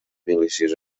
milícies